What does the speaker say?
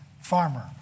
farmer